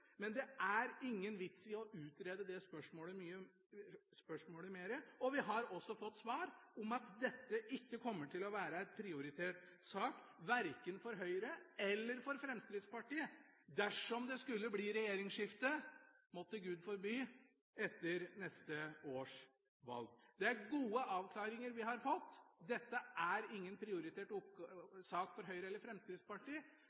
men det er ingen vits i å utrede det spørsmålet mer. Vi har også fått svar: Dette kommer ikke til å være en prioritert sak, verken for Høyre eller for Fremskrittspartiet dersom det skulle bli regjeringsskifte – måtte Gud forby – etter neste års valg. Vi har fått gode avklaringer. Dette er ingen prioritert